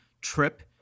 trip